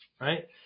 right